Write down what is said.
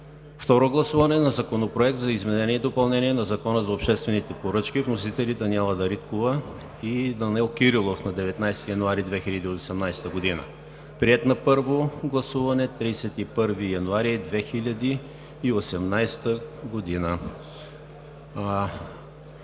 Второ гласуване на Законопроект за изменение и допълнение на Закона за обществените поръчки. Вносители: Даниела Дариткова и Данаил Кирилов на 19 януари 2018 г., приет на първо гласуване на 31 януари 2018 г.